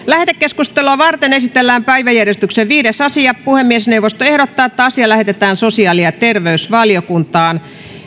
lähetekeskustelua varten esitellään päiväjärjestyksen viides asia puhemiesneuvosto ehdottaa että asia lähetetään sosiaali ja terveysvaliokuntaan